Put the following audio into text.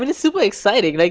it' super exciting. like